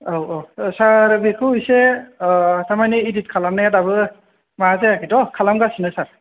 औऔ सार बेखौ इसे थारमानि इदिद खालामनाया दाबो माबा जायाखैथ' खालाम गासिनो सार